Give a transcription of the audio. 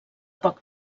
poc